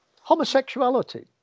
homosexuality